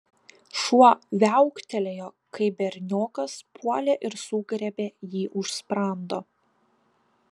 šuo viauktelėjo kai berniokas puolė ir sugriebė jį už sprando